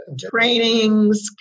trainings